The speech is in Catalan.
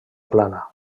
plana